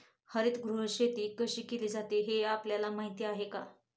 हरितगृह शेती कशी केली जाते हे आपल्याला माहीत आहे का?